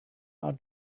are